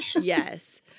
yes